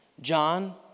John